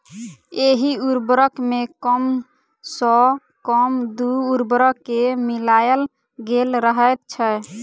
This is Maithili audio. एहि उर्वरक मे कम सॅ कम दू उर्वरक के मिलायल गेल रहैत छै